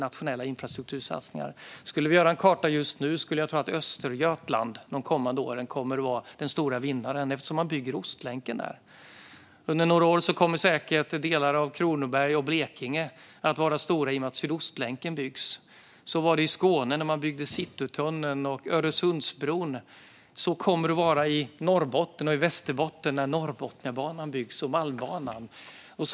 Skulle vi göra en karta just nu tror jag att vi skulle se att Östergötland kommer att vara den stora vinnaren under de kommande åren, eftersom man bygger Ostlänken där. Under några år kommer säkert delar av Kronoberg och Blekinge att vara stora i och med att Sydostlänken byggs. Så var det i Skåne när man byggde Citytunneln och Öresundsbron, och så kommer det att vara i Norrbotten och Västerbotten när Norrbotniabanan och Malmbanan byggs.